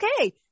okay